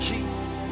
Jesus